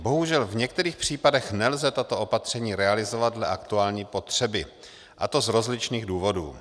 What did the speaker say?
Bohužel v některých případech nelze tato opatření realizovat dle aktuální potřeby, a to z rozličných důvodů.